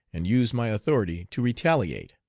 and use my authority to retaliate.